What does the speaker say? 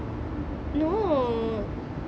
no